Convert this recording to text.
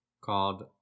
called